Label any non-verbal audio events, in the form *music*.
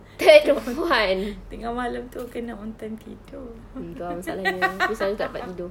*laughs* tengah malam itu kena on time tidur *laughs*